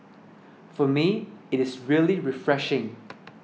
for me it is really refreshing